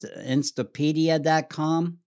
Instapedia.com